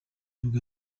nibwo